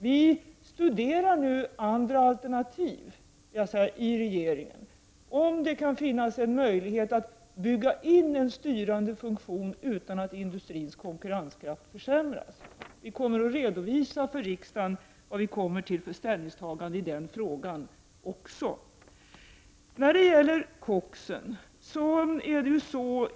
Vi studerar nu andra alternativ i regeringen, dvs. om det kan finnas en möjlighet att bygga in en styrande funktion utan att industrins konkurrenskraft försämras. Vi kommer att redovisa för riksdagen vad vi kommer fram till för ställningstagande i den frågan.